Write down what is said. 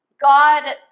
God